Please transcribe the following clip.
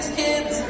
kids